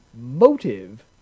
motive